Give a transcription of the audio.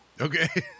okay